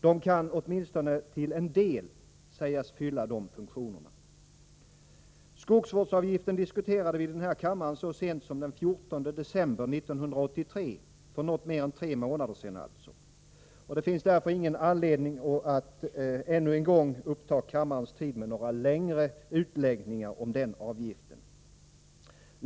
De kan åtminstone till en del sägas fylla dessa funktioner. Skogsvårdsavgiften diskuterade vi i denna kammare så sent som den 14 december 1983 — alltså för något mer än tre månader sedan. Det finns därför ingen anledning att ännu en gång uppta kammarens tid med några längre utläggningar om denna avgift.